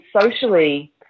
socially